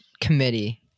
Committee